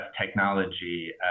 technology